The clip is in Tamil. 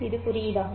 இது குறியீடாகும்